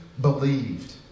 believed